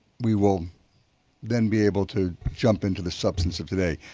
we will then be able to jump into the substance of today.